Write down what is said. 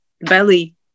belly